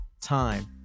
time